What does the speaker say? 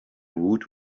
woot